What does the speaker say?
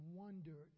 wonder